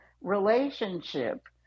relationship